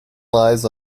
lies